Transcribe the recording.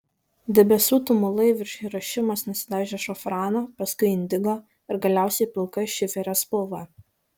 debesų tumulai virš hirošimos nusidažė šafrano paskui indigo ir galiausiai pilka šiferio spalva